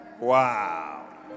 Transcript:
Wow